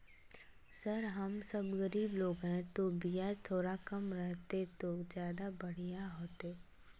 sir हम सब गरीब लोग है तो बियाज थोड़ा कम रहते तो ज्यदा बढ़िया होते